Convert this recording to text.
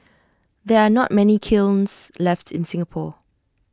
there are not many kilns left in Singapore